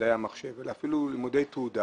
במדעי המחשב אלא אפילו לימודי תעודה